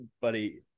buddy